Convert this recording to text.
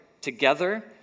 together